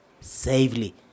safely